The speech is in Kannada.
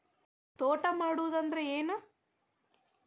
ತೋಟ ಮಾಡುದು ಅಂದ್ರ ಏನ್?